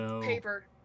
paper